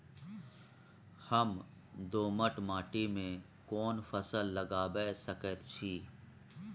हम दोमट माटी में कोन फसल लगाबै सकेत छी?